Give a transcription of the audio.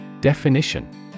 Definition